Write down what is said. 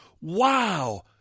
Wow